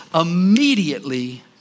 immediately